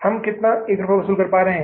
हम कितना 1 रुपया वसूल कर पा रहे हैं